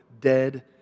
dead